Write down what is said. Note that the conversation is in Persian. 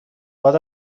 باد